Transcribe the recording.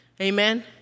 Amen